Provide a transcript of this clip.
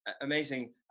amazing